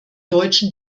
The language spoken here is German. deutschen